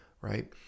right